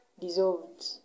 dissolved